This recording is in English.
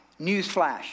Newsflash